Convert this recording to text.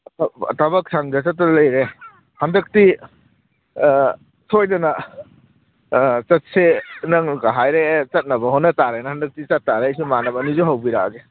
ꯊꯕꯛ ꯁꯪꯗ ꯆꯠꯇꯗꯅ ꯂꯩꯔꯦ ꯍꯟꯗꯛꯇꯤ ꯁꯣꯏꯗꯅ ꯆꯠꯁꯦ ꯅꯪꯅꯒ ꯍꯥꯏꯔꯛꯑꯦ ꯆꯠꯅꯕ ꯍꯣꯠꯅꯇꯥꯔꯦꯅ ꯍꯛꯗꯛꯇꯤ ꯆꯠꯇꯥꯔꯦꯅꯦ ꯏꯃꯥꯟꯅꯕ ꯑꯅꯤꯗꯨꯁꯨ ꯍꯧꯕꯤꯔꯛꯑꯒꯦ